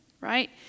right